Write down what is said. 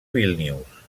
vílnius